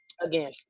Again